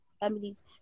families